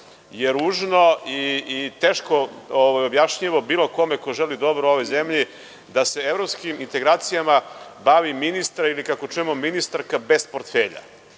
je ružno i teško objašnjivo bilo kome ko želi dobro ovoj zemlji, da se evropskim integracijama bavi ministar, ili kako čujemo ministarka bez portfelja. Mislim